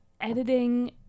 editing